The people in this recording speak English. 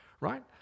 right